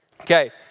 Okay